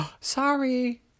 sorry